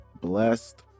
blessed